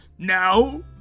Now